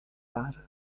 bad